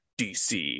DC